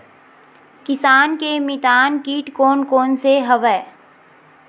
किसान के मितान कीट कोन कोन से हवय?